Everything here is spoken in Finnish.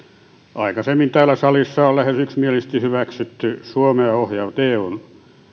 aikaisemmin täällä salissa on lähes yksimielisesti hyväksytty suomea ohjaavat eun